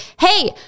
hey